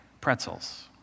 pretzels